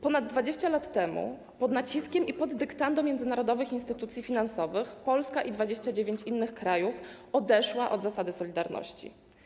Ponad 20 lat temu pod naciskiem i pod dyktando międzynarodowych instytucji finansowych Polska, wraz z 29 innymi krajami, odeszła od zasady solidarności.